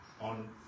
on